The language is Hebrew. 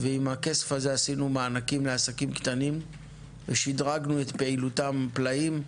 שאיתם עשינו מענקים לעסקים קטנים ושידרגנו את פעילותם פלאים: